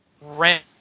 rent